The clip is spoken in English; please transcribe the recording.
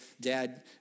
dad